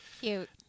Cute